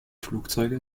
flugzeuge